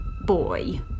boy